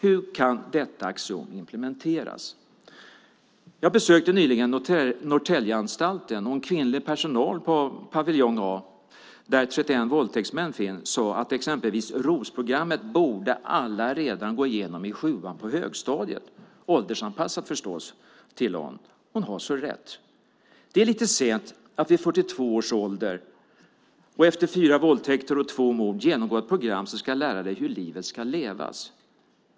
Hur kan detta axiom implementeras? Jag besökte nyligen Norrtäljeanstalten och en kvinnlig personal i paviljong A, där 31 våldtäktsmän finns, sade att alla borde gå igenom exempelvis ROS-programmet redan i sjuan på högstadiet - åldersanpassat förstås, tillade hon. Hon har så rätt. Det är lite sent att vid 42 års ålder och efter fyra våldtäkter och två mord genomgå ett program som ska lära dig hur livet ska levas.